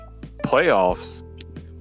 Playoffs